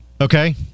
Okay